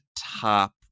top